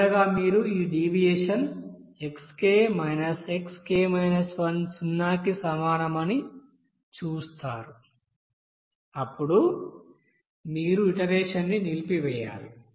చివరగా మీరు ఈ డీవియేషన్ x xk - 1 0 కి సమానం అని చూస్తారు అప్పుడు మీరు ఇటరేషన్ ని నిలిపివేయాలి